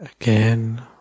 Again